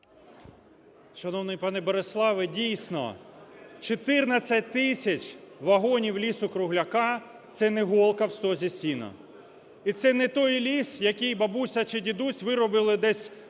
Шановний пане Бориславе, дійсно, 14 тисяч вагонів лісу-кругляка – це не голка в стозі сіна. І це не той ліс, який бабуся чи дідусь вирубали десь